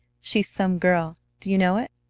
she's some girl, do you know it?